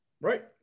Right